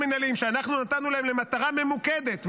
המינהליים שאנחנו נתנו להם למטרה ממוקדת,